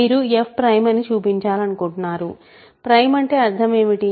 మీరు f prime అని చూపించాలనుకుంటున్నారు ప్రైమ్ అంటే అర్థం ఏమిటి